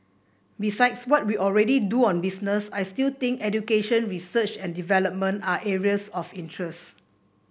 besides what we already do on business I still think education research and development are areas of interest